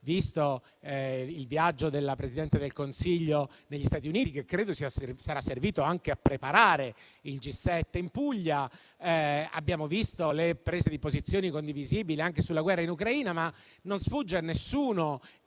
visto il viaggio della Presidente del Consiglio negli Stati Uniti, che credo sia servito anche a preparare il G7 in Puglia, e le prese di posizione condivisibili anche sulla guerra in Ucraina. Non sfugge a nessuno